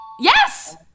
Yes